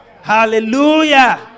Hallelujah